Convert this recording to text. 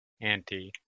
Auntie